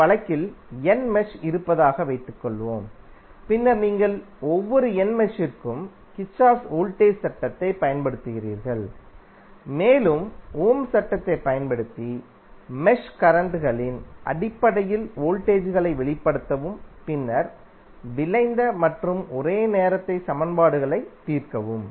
இந்த வழக்கில் n mesh இருப்பதாக வைத்துக்கொள்வோம் பின்னர் நீங்கள் ஒவ்வொரு n மெஷ்க்கும் கிர்ச்சோஃப்பின் வோல்டேஜ் சட்டத்தைப் பயன்படுத்துகிறீர்கள் மேலும் ஓம் சட்டத்தைப் பயன்படுத்தி மெஷ் கரண்ட்களின் அடிப்படையில் வோல்டேஜ்களை வெளிப்படுத்தவும் பின்னர் விளைந்த மற்றும் ஒரே நேரத்தில் சமன்பாடுகளை தீர்க்கவும்